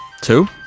Two